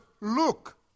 Look